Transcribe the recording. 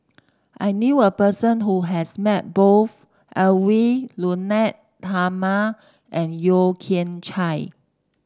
I knew a person who has met both Edwy Lyonet Talma and Yeo Kian Chye